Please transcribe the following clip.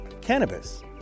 cannabis